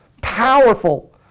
powerful